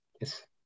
Yes